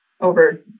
over